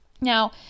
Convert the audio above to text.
Now